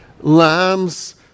lambs